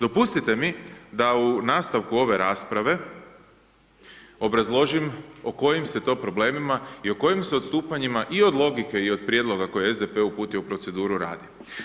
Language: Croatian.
Dopustite mi da u nastavku ove rasprave obrazložim o kojim se to problemima i o kojem se odstupanjima i od logikama i od prijedloga koje je SDP uputio u proceduru radi.